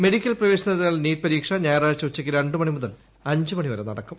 medical പ്രവേശനത്തിനാ യുള്ള NEET പരീക്ഷ ഞായറാഴ്ച ഉച്ചയ്ക്ക് രണ്ട് മണിമുതൽ അഞ്ച് മണിവരെ നടക്കും